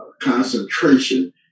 concentration